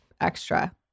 extra